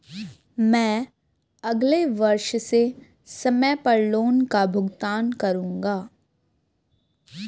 मैं अगले वर्ष से समय पर लोन का भुगतान करूंगा